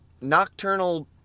nocturnal